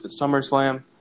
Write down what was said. SummerSlam